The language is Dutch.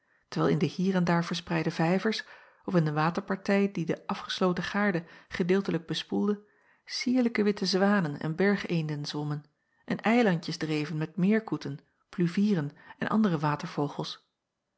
terwijl in de hier en daar verspreide vijvers of in de waterpartij die de afgesloten gaarde gedeeltelijk bespoelde cierlijke witte zwanen en bergeenden zwommen en eilandjes dreven met meerkoeten pluvieren en andere